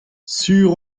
sur